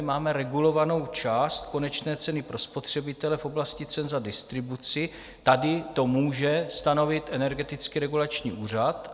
Máme regulovanou část konečné ceny pro spotřebitele v oblasti cen za distribuci, tady to může stanovit Energetický regulační úřad.